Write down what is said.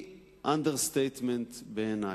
לגביה היא understatement בעיני.